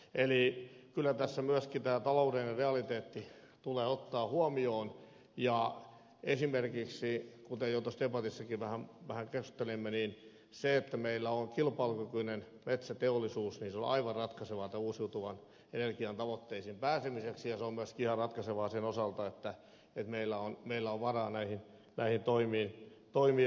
eli kyllä tässä myöskin tämä taloudellinen realiteetti tulee ottaa huomioon ja esimerkiksi se kuten jo tuossa debatissakin vähän keskustelimme että meillä on kilpailukykyinen metsäteollisuus on aivan ratkaisevaa tämän uusiutuvan energian tavoitteisiin pääsemiseksi ja se on myöskin ihan ratkaisevaa sen osalta että meillä on varaa näihin toimiin ryhtyä